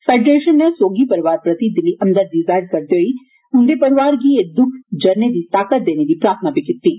federation नै सोगी परोआर प्रति दिली हमदर्दी जाहर करदे होई उंदे परोआर गी एह् द्क्ख जरने दी ताकत देने दी प्रार्थना बी कीती ऐ